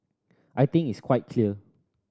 I think it's quite clear